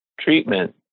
treatment